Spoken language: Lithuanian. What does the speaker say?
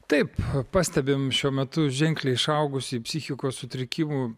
taip pastebim šiuo metu ženkliai išaugusį psichikos sutrikimų